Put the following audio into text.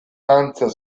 danza